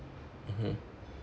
mmhmm